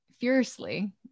fiercely